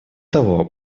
того